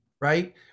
right